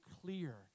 clear